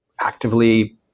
actively